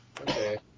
Okay